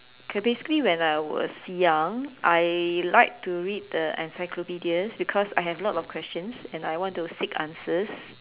K basically when I was young I liked to read the encyclopedias because I have lot of questions and I want to seek answers